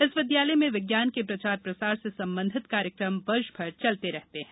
इस विद्यालय में विज्ञान के प्रचार प्रसार से संबंधित कार्यक्रम वर्षभर चलते रहते हैं